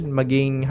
maging